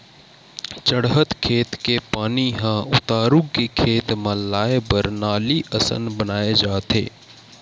चड़हउ खेत के पानी ह उतारू के खेत म लाए बर नाली असन बनाए जाथे